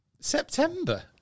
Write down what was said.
September